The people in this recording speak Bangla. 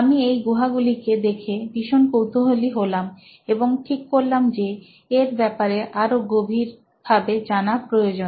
আমি এই গুহাগুলিকে দেখে ভীষণ কৌতূহলী হলাম এবং ঠিক করলাম যে এর ব্যপারে আরও গভীর ভাবে জানা প্রয়োজন